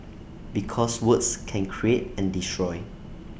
because words can create and destroy